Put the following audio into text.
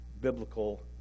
biblical